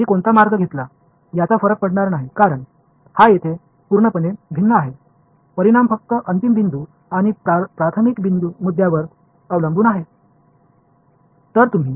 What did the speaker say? நான் எந்த பாதையை எடுத்து கொண்டேன் என்பது முக்கியமல்ல ஏனெனில் இது இங்கே ஒரு முழுமையான வேறுபாடு உள்ளது இதன் முடிவு இறுதி புள்ளி மற்றும் ஆரம்ப புள்ளியை மட்டுமே சார்ந்துள்ளது